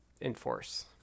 enforce